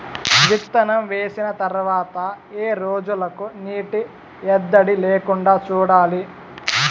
విత్తనం వేసిన తర్వాత ఏ రోజులకు నీటి ఎద్దడి లేకుండా చూడాలి?